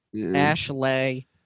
Ashley